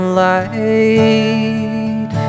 light